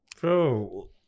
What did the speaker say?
bro